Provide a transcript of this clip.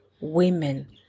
women